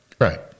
Right